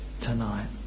tonight